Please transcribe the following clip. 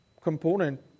component